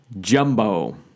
Jumbo